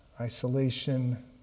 isolation